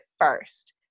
first